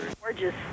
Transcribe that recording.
Gorgeous